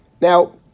Now